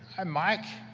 hi mike!